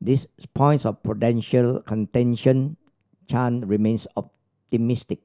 these points of potential contention Chan remains optimistic